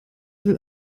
will